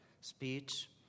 speech